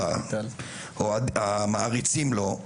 אבל המעריצים לא,